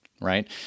right